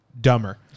dumber